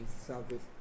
service